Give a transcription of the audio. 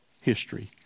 history